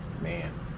Man